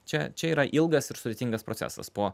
čia čia yra ilgas ir sudėtingas procesas po